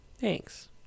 Thanks